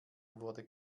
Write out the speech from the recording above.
wurde